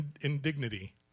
indignity